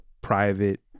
private